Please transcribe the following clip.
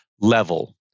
level